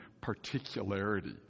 particularity